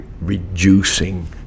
reducing